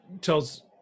tells